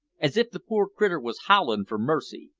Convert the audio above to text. as if the poor critter was howlin' for mercy!